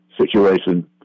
situation